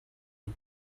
had